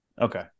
Okay